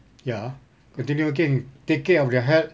ya continue working and take care of their health